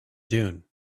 dune